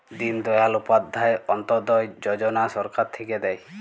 দিন দয়াল উপাধ্যায় অন্ত্যোদয় যজনা সরকার থাক্যে দেয়